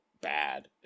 bad